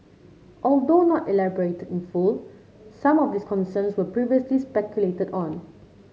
although not elaborated in full some of these concerns were previously speculated on